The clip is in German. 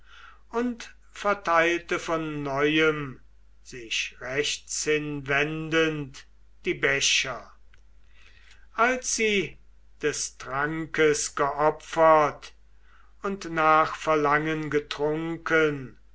und verteilte von neuem sich rechtshin wendend die becher als sie des trankes geopfert und nach verlangen getrunken